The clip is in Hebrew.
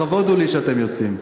לכבוד הוא לי שאתם יוצאים.